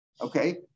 Okay